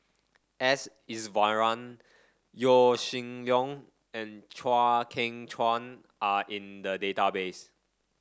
S Iswaran Yaw Shin Leong and Chew Kheng Chuan are in the database